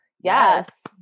yes